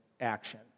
action